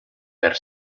per